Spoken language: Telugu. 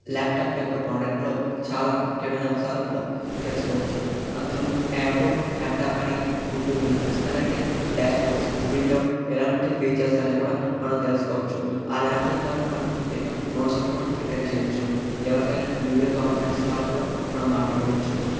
ల్యాప్టాప్ యొక్క ప్రాడక్ట్ లో చాలా ముఖ్యమైన అంశాలు మనం తెలుసుకోవచ్చు అందులో అబౌట్ లాప్టాప్ అని ఉంటుంది సిస్టమేటిక్ డాష్ బోర్డ్స్ విండోస్ ఎలాంటి ఫీచర్స్ అనేవి కూడా మనం తెలుసుకోవచ్చు ఆ ల్యాప్టాప్ ద్వారా మనం ఎన్నో నోట్సులు కూడా ప్రిపేర్ చేయొచ్చు ఎవరితోనైనా వీడియో కాన్ఫరెన్స్ కాల్ కూడా మనం మాట్లాడవచ్చు